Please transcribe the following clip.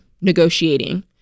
negotiating